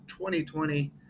2020